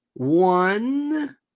One